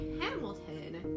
Hamilton